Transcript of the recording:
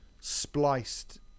spliced